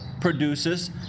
produces